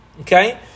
Okay